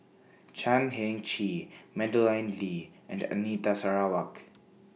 Chan Heng Chee Madeleine Lee and Anita Sarawak